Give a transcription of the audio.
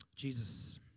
Jesus